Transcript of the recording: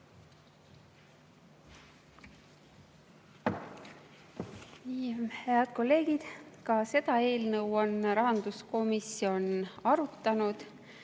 Head kolleegid! Ka seda eelnõu on rahanduskomisjon arutanud.